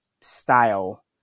style